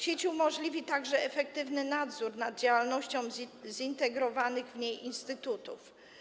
Sieć umożliwi także efektywny nadzór nad działalnością zintegrowanych w niej instytutów.